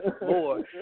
more